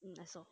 hmm I saw